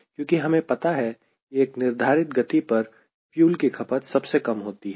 क्योंकि हमें पता है कि एक निर्धारित गति पर फ्यूल की खपत सबसे कम होती है